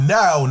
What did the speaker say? now